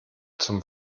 zum